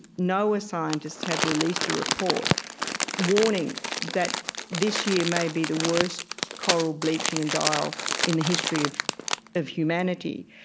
noa scientists have released a report warning that this year may be the worst coral bleaching and die-off in the history of of humanity.